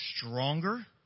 stronger